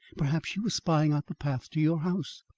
perhaps she was spying out the path to your house.